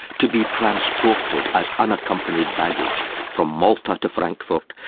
to be transported as unaccompanied baggage from malta to frankfurt,